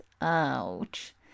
Ouch